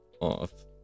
off